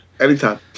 Anytime